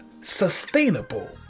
sustainable